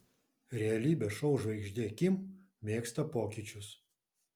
realybės šou žvaigždė kim mėgsta pokyčius